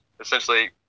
essentially